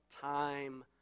time